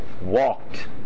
walked